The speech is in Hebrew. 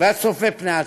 הצופה פני עתיד,